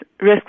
risk